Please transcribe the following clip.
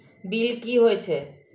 Bill की हौए छै?